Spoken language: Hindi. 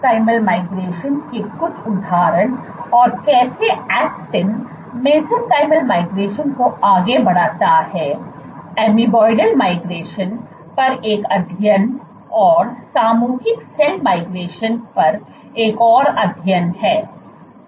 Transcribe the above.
मेसेंचिमल माइग्रेशन के कुछ उदाहरण और कैसे ऐक्टिन मेसेंचिमल माइग्रेशन को आगे बढ़ाता है एम्बेबियाल माइग्रेशन पर एक अध्ययन और सामूहिक सेल माइग्रेशन पर एक और अध्ययन है